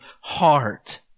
heart